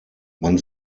man